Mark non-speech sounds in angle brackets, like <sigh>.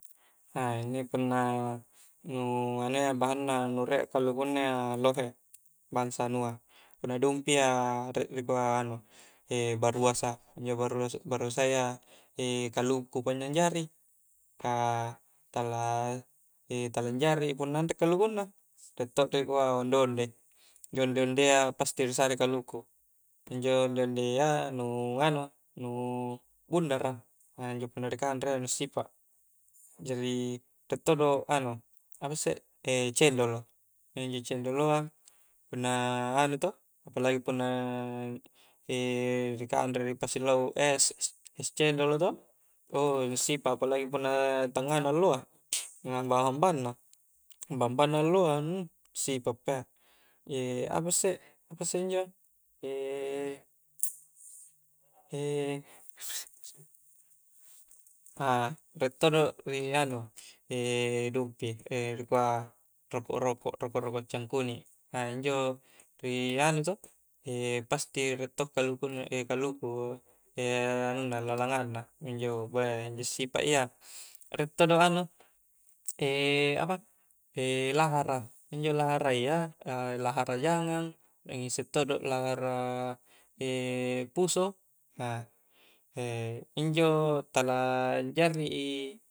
<hesitation> inni punna nu nganua bahanna nu riek a kalukunna iya lohe bangsa anua punna dumpiya rie rikua anu <hesitation> baruasa anjo barua-baruasayya <hesitation> kalukupa anjona na anjari ka tala <hesitation> tala anjari punna anrek kalukunna rie to riakua onde-onde injo onde-ondea pasti risare kaluku, injo onde-ondea nu anu nu bundara <hesitation> injo punna rikanrei injoa nu sipak, jari riek todo anu apasse <hesitation> cendolo <hesitation> injo cendoloa punna anu to apalagi punna <hesitation> ri kanre ripasi lau es, es-es cendolo to ou nu sipa apalagi punna tangnga na alloa hambang-hambang na hambang-hambang na alooa <hesitation> assipa pa iya <hesitation> apasse-apasse injo, <hesitation> <laughs> <hesitation> riek todo ri anu <hesitation> dumpi <hesitation> rikua rokok-rokok reokok-rokok cangkuni' <hesitation> injo ri anu to <hesitation> pasti rie to kalukunna <hesitation> kaluku <hesitation> anunna <hesitation> lalangang na minjo beuh, injo assipa iya riek todo anu <hesitation> apa <hesitation> lahara injo laharayya, lahara jangang, <hesitation> ngisse todo lahara <hesitation> lahara <hesitation> puso, <hesitation> <hesitation> injo tala anjari i